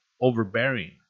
overbearing